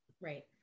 Right